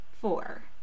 Four